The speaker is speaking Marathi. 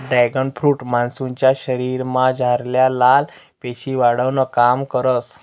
ड्रॅगन फ्रुट मानुसन्या शरीरमझारल्या लाल पेशी वाढावानं काम करस